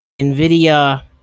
NVIDIA